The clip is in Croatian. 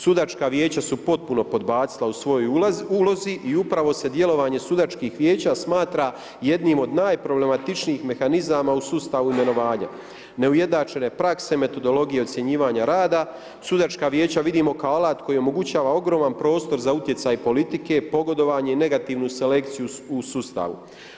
Sudačka vijeća su potpuno podbacila u svojoj ulozi i upravo se djelovanje sudačkih vijeća smatra jednim od najproblematičnijih mehanizama u sustava imenovanja, neujednačene prakse, metodologije ocjenjivanja rada, sudačka vijeća vidimo kao alat koji omogućuje ogroman prostor za utjecaj politike, pogodovanje i negativnu selekciju u sustavu.